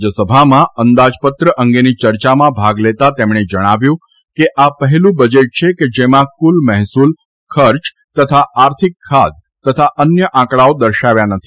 રાજ્યસભામાં અંદાજપત્ર અંગેની ચર્ચામાં ભાગ લેતા તેમણે જણાવ્યું હતું કે આ પહેલુ બજેટ છે કે જેમાં કુલ મહેસુલ ખર્ચ તથા આર્થિક ખાધ તથા અન્ય આંકડાઓ દર્શાવ્યા નથી